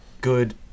good